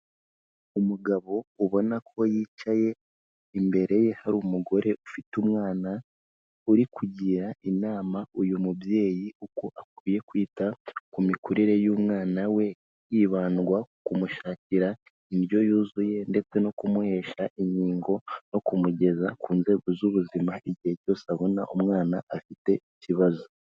Umugabo ubona ko yicaye, imbere ye hari umugore ufite umwana, uri kugira inama uyu mubyeyi uko akwiye kwita ku mikurire y'umwana we, hibandwa ku kumushakira indyo yuzuye ndetse no kumuhesha inkingo, no kumugeza ku nzego z'ubuzima igihe cyose abona umwana afite ikibazo.